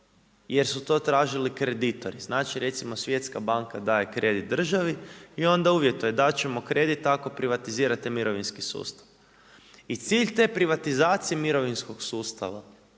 jer su to tražili kreditori. Znači recimo Svjetska banka daje kredit državi i onda uvjetuje dati ćemo kredit ako privatizirate mirovinski sustav. I cilj te privatizacije mirovinskog sustava